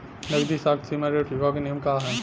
नगदी साख सीमा ऋण चुकावे के नियम का ह?